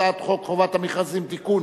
הצעת חוק חובת המכרזים (תיקון,